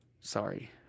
Sorry